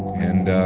and